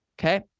okay